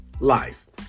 life